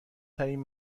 ترین